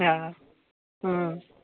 हँ हँ